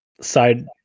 side